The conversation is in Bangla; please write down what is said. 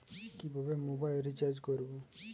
কিভাবে মোবাইল রিচার্জ করব?